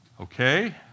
Okay